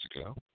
ago